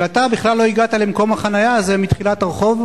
ואתה בכלל לא הגעת למקום החנייה הזה מתחילת הרחוב,